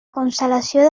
constel·lació